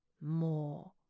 more